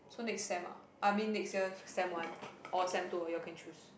so next sem ah I mean next year sem one or sem two or you all can choose